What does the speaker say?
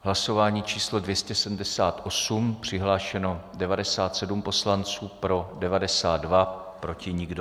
Hlasování číslo 278, přihlášeno 97 poslanců, pro 92, proti nikdo.